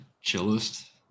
chillest